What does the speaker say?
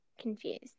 confused